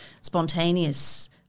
spontaneous